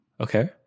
Okay